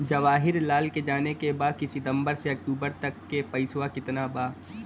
जवाहिर लाल के जाने के बा की सितंबर से अक्टूबर तक के पेसवा कितना बा?